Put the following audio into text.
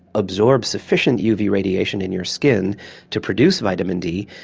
absorb sufficient uv radiation in your skin to produce vitamin d,